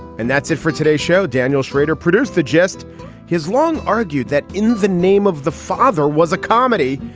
and that's it for today show daniel schrader produced the gist his long argued that in the name of the father was a comedy.